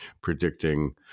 predicting